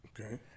Okay